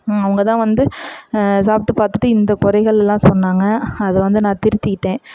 அவங்க தான் வந்து சாப்பிட்டு பார்த்துட்டு இந்த குறைகள்லாம் சொன்னாங்க அதை வந்து நான் திருத்திக்கிட்டேன்